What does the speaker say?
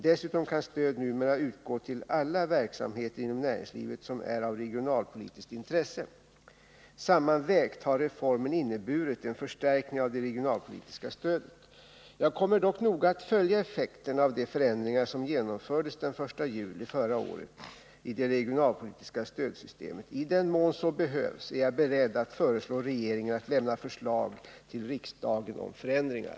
Dessutom kan stöd numera utgå till alla verksamheter inom näringslivet som är av regionalpolitiskt intresse. Sammanvägt har reformen inneburit en förstärkning av det regionalpolitiska stödet. Jag kommer dock att noga följa effekterna av de förändringar som genomfördes den 1 juli förra året i det regionalpolitiska stödsystemet. I den mån så behövs är jag beredd att föreslå regeringen att lämna förslag till riksdagen om förändringar.